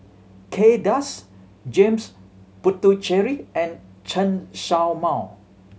Kay Das James Puthucheary and Chen Show Mao